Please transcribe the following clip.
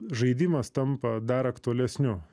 žaidimas tampa dar aktualesniu